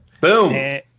Boom